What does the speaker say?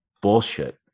bullshit